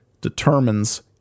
determines